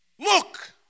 Look